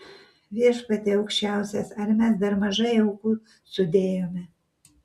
viešpatie aukščiausias ar mes dar mažai aukų sudėjome